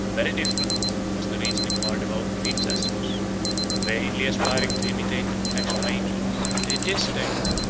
very different was the reasoning of our devout predecessors vainly aspiring to imitate the perfection of angels, they disdained,